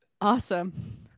Awesome